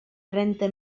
trenta